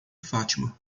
fátima